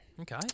Okay